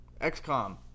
XCOM